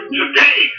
today